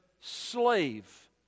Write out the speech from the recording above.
slave